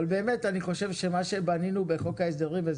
אבל באמת אני חושב שמה שבנינו בחוק ההסדרים,